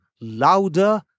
louder